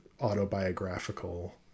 autobiographical